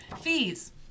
Fees